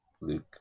luke